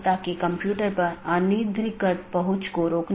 तो यह कुछ सूचित करने जैसा है